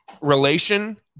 relation